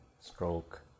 stroke